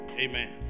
Amen